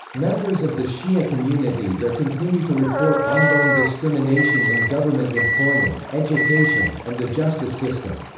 members of the shia community there continue to report ongoing discrimination in government employment, education, and the justice system,